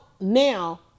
now